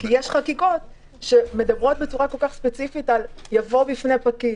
כי יש חקיקות שמדברות בצורה כל כך ספציפית על "יבוא בפני פקיד",